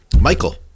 Michael